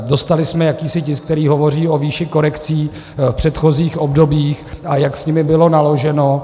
Dostali jsme jakýsi tisk, který hovoří o výši korekcí v předchozích obdobích, a jak s nimi bylo naloženo.